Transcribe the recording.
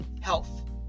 health